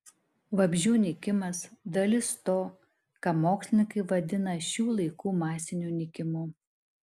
vabzdžių nykimas dalis to ką mokslininkai vadina šių laikų masiniu nykimu